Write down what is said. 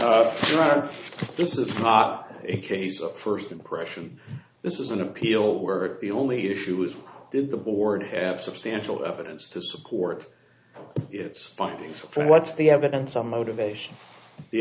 is not a case of first impression this is an appeal we're the only issue is did the board have substantial evidence to support its findings from what's the evidence on motivation the